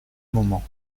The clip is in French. moment